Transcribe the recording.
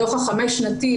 הדו"ח החמש שנתי,